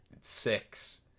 Six